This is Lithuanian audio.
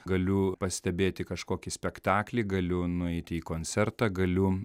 galiu pastebėti kažkokį spektaklį galiu nueiti į koncertą galiu